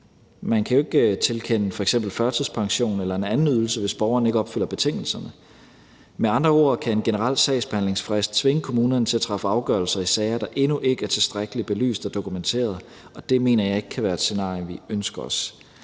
Man kan jo ikke tilkende f.eks. førtidspension eller en anden ydelse, hvis borgeren ikke opfylder betingelserne. Med andre ord kan en generel sagsbehandlingsfrist tvinge kommunerne til at træffe afgørelser i sager, der endnu ikke er tilstrækkelig belyst og dokumenteret, og det mener jeg ikke kan være et scenarie, vi ønsker os.